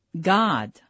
God